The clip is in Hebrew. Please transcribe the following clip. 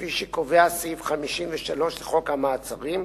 כפי שקובע סעיף 53 לחוק המעצרים,